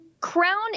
Crown